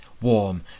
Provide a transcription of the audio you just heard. warm